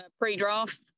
pre-draft